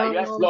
Yes